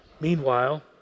Meanwhile